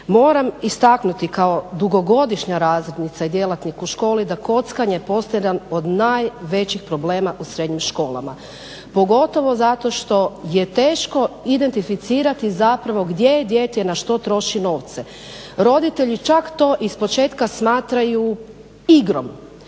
Moram istaknuti kao dugogodišnja razrednica i djelatnik u školi da kockanje postaje jedan od najvećih problema u srednjim školama, pogotovo zato što je teško identificirati gdje je dijete i na što troši novce. Roditelji čak to iz početka smatraju igrom